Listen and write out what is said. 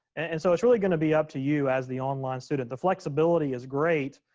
and so it's really gonna be up to you as the online student. the flexibility is great,